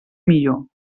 millor